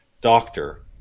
doctor